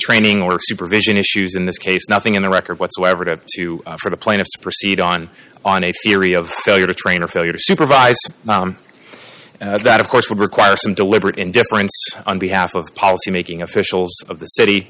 training or supervision issues in this case nothing in the record whatsoever to you for the plaintiff to proceed on on a theory of failure to train or failure to supervise that of course would require some deliberate indifference on behalf of policymaking officials of the city